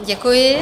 Děkuji.